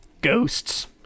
Ghosts